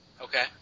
Okay